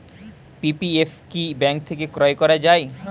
PPF কি bank থেকে ক্রয় করা যায়?